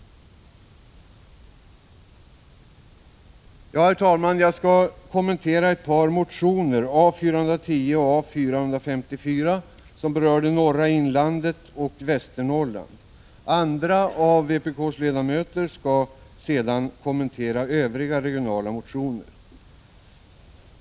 Herr talman! Jag skall också kommentera ett par motioner, A410 och A454, som berör det norra inlandet och Västernorrland. Andra av vpk:s ledamöter skall sedan kommentera övriga regionalpolitiska motioner.